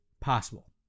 possible